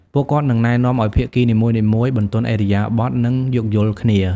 ពួកគាត់នឹងណែនាំឲ្យភាគីនីមួយៗបន្ទន់ឥរិយាបថ និងយោគយល់គ្នា។